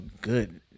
good